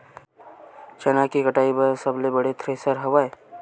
चना के कटाई बर सबले बने थ्रेसर हवय?